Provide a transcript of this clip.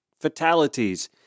fatalities